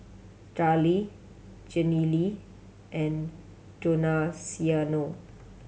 Darryle Janelle and Donaciano